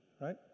right